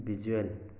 visual